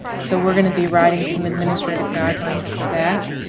so, we're going to be writing some administrative guidelines for that.